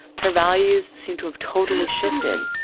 her values seem to have totally shifted.